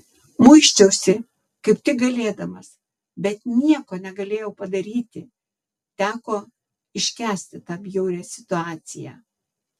muisčiausi kaip tik galėdamas bet nieko negalėjau padaryti teko iškęsti tą bjaurią situaciją